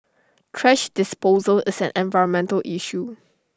thrash disposal is an environmental issue